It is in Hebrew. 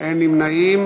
נמנעים.